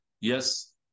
Yes